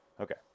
Okay